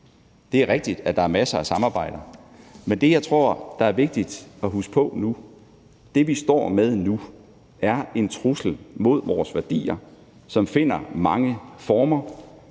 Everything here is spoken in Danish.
Det er rigtigt, at der er masser af samarbejder, men det, jeg tror er vigtigt at huske på nu, er, at det, vi står med nu, er en trussel mod vores værdier, som finder mange former,